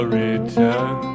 return